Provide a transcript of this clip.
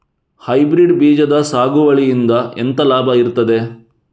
Hybrid ಬೀಜದ ಸಾಗುವಳಿಯಿಂದ ಎಂತ ಲಾಭ ಇರ್ತದೆ?